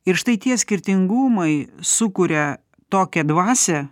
ir štai tie skirtingumai sukuria tokią dvasią